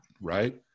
right